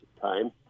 time